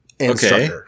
Okay